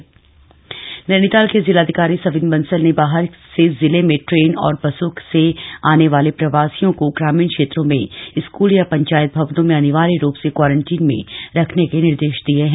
जिलाधिकारी नैनीताल नैनीताल के जिलाधिकारी सविन बंसल ने बाहर से जिले में ट्रेन और बसों से आने वाले प्रवासियों कोग्रामीण क्षेत्रों में स्कूल या पंचायत भवनों में अनिवार्य रूप से क्वारंटाइन में रखने के निर्देश दिये हैं